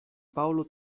paolo